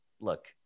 look